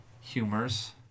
humors